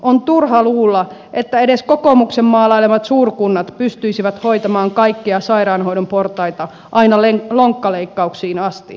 on turha luulla että edes kokoomuksen maalailemat suurkunnat pystyisivät hoitamaan kaikkia sairaanhoidon portaita aina lonkkaleikkauksiin asti